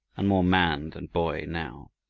and more man than boy now,